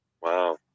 Wow